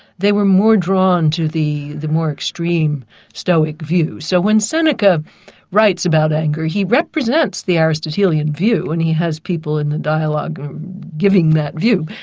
they were more drawn to the the more extreme stoic view. so when seneca writes about anger, he represents the ah aristotelian view when and he has people in the dialogue giving that view,